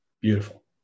Beautiful